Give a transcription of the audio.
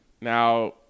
now